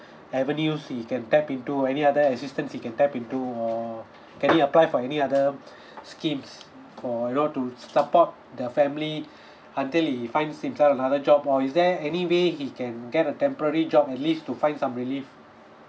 avenues he can tap into any other assistance he can tap into or can he apply for any other um schemes for you know to support the family until he finds into another job or is there any way he can get a temporary job at least to find some relief